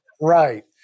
right